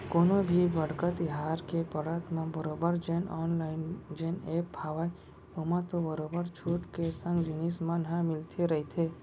कोनो भी बड़का तिहार के पड़त म बरोबर जेन ऑनलाइन जेन ऐप हावय ओमा तो बरोबर छूट के संग जिनिस मन ह मिलते रहिथे